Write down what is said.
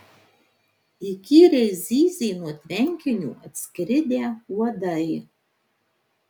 įkyriai zyzė nuo tvenkinio atskridę uodai